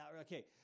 Okay